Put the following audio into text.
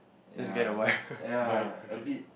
ya ya a bit